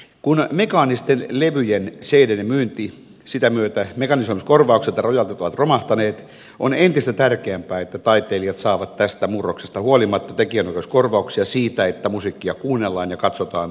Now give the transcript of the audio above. kun mekaanisten levyjen cdiden myynti ja sen myötä mekanisoimiskorvaukset ja rojaltit ovat romahtaneet on entistä tärkeämpää että taiteilijat saavat tästä murroksesta huolimatta tekijänoikeuskorvauksia siitä että musiikkia kuunnellaan ja katsotaan verkoissa